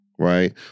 Right